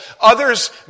others